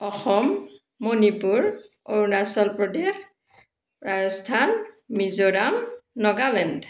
Assam Manipur Arunachal Pradesh Rajasthan Mizoram Nagaland